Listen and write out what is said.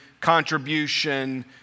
contribution